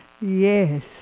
yes